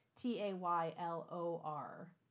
T-A-Y-L-O-R